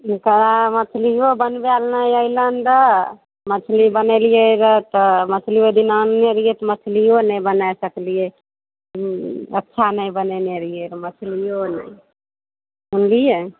मछलियो बनबै लए नहि अयलैनि रऽ मछली बनैलियै रऽ तऽ मछली ओहिदिना आनने रही तऽ मछलियो नहि बनाए सकलियै हूँ अच्छा नहि बनैने रहिये रऽ मछलियों नै सुनलियै